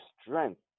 strength